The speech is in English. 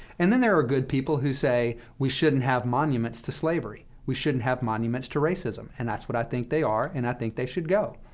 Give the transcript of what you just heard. and then there are good people who say we shouldn't have monuments to slavery. we shouldn't have monuments to racism. and that's what i think they are, and i think they should go.